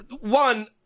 one